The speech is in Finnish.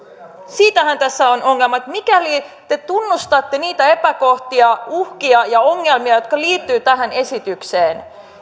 sehän tässä on ongelma mikäli te tunnustatte niitä epäkohtia uhkia ja ongelmia jotka liittyvät tähän esitykseen